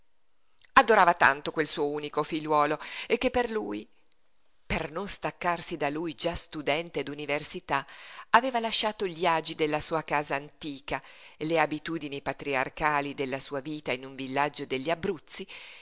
adorava tanto quel suo unico figliuolo che per lui per non staccarsi da lui già studente d'università aveva lasciato gli agi della sua casa antica le abitudini patriarcali della sua vita in un villaggio degli abruzzi